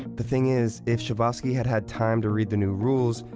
the thing is, if schabowski had had time to read the new rules,